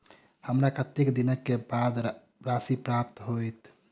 हमरा कत्तेक दिनक बाद राशि प्राप्त होइत?